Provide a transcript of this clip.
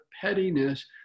pettiness